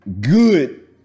good